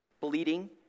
bleeding